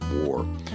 War